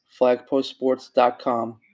FlagPostSports.com